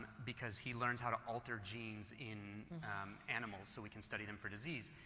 because he learned how to alter genes in animals so we can study them for disease.